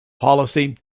policy